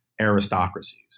aristocracies